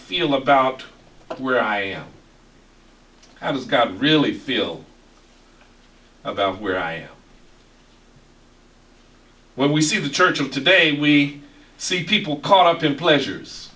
feel about where i am and has got to really feel about where i am when we see the church of today we see people caught up in pleasures